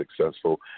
successful